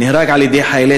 נהרג על-ידי חיילי